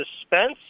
suspense